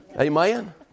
Amen